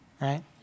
right